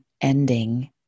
ending